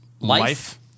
Life